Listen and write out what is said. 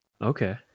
Okay